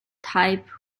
type